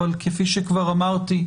אבל כפי שכבר אמרתי,